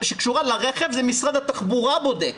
שקשורה לרכב משרד התחבורה בודק.